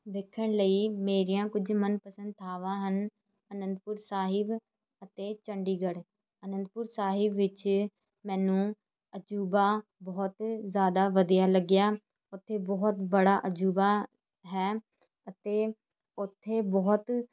ਵੇਖਣ ਲਈ ਮੇਰੀਆਂ ਕੁਝ ਮਨ ਪਸੰਦ ਥਾਵਾਂ ਹਨ ਅਨੰਦਪੁਰ ਸਾਹਿਬ ਅਤੇ ਚੰਡੀਗੜ੍ਹ ਅਨੰਦਪੁਰ ਸਾਹਿਬ ਵਿੱਚ ਮੈਨੂੰ ਅਜੂਬਾ ਬਹੁਤ ਜ਼ਿਆਦਾ ਵਧੀਆ ਲੱਗਿਆ ਉੱਥੇ ਬਹੁਤ ਬੜਾ ਅਜੂਬਾ ਹੈ ਅਤੇ ਉੱਥੇ ਬਹੁਤ